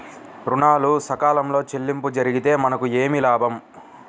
ఋణాలు సకాలంలో చెల్లింపు జరిగితే మనకు ఏమి లాభం?